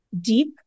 deep